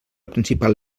principal